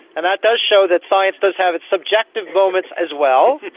and that does show that science does have its subjective moments as well.